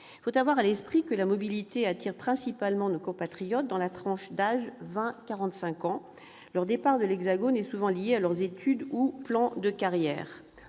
Il faut avoir à l'esprit que la mobilité attire principalement nos compatriotes se situant dans la tranche d'âge 20-45 ans. Leur départ de l'Hexagone est souvent lié à leurs études ou à leur plan de carrière.